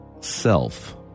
self